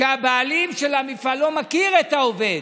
שהבעלים של המפעל לא מכיר את העובד,